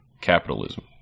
capitalism